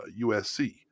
USC